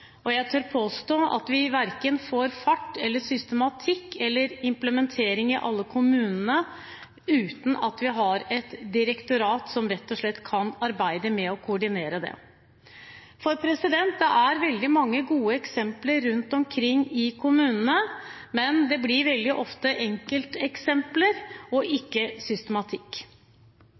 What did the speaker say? Jeg tør påstå at vi verken får fart, systematikk eller implementering i alle kommunene uten at vi har et direktorat som rett og slett kan arbeide med å koordinere det. Det er veldig mange gode eksempler rundt omkring i kommunene, men det blir veldig ofte enkelteksempler og ikke systematikk.